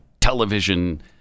television